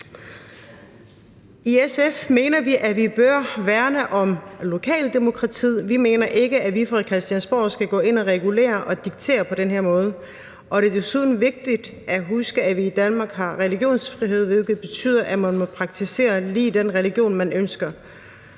I SF mener vi, at vi bør værne om lokaldemokratiet. Vi mener ikke, at vi fra Christiansborg skal gå ind og regulere og diktere på den her måde. Det er desuden vigtigt at huske, at vi i Danmark har religionsfrihed, hvilket betyder, at man må praktisere lige den religion, man ønsker.